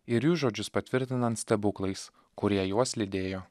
ir jų žodžius patvirtinant stebuklais kurie juos lydėjo